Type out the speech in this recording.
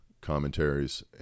commentaries